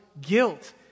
guilt